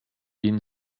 been